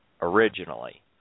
originally